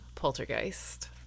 poltergeist